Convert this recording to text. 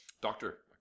Doctor